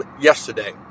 yesterday